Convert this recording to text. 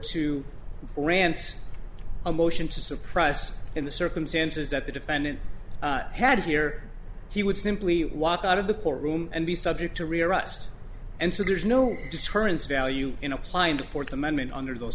to grant a motion to suppress in the circumstances that the defendant had here he would simply walk out of the courtroom and be subject to rearrest and so there's no deterrence value in applying the fourth amendment under those